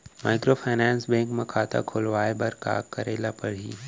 Microfinance bank म खाता खोलवाय बर का करे ल परही?